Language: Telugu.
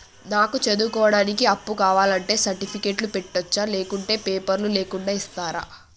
నాకు చదువుకోవడానికి అప్పు కావాలంటే సర్టిఫికెట్లు పెట్టొచ్చా లేకుంటే పేపర్లు లేకుండా ఇస్తరా?